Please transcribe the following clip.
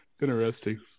Interesting